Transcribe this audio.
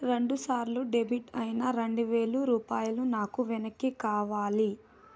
రెండు సార్లు డెబిట్ అయిన రెండు వేలు రూపాయలు నాకు వెనక్కి కావాలి